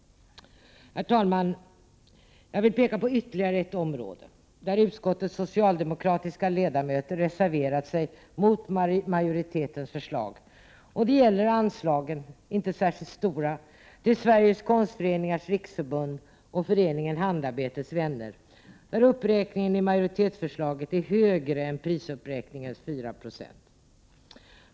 Herr talman! Jag vill peka på ytterligare ett område där utskottets socialdemokratiska ledamöter reserverat sig mot majoritetens förslag. Det gäller de inte särskilt stora anslagen till Sveriges konstföreningars riksförbund och föreningen Handarbetets vänner, där uppräkningen i majoritetsförslaget är högre än prisuppräkningens 4 26.